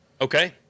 Okay